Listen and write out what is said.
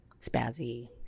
spazzy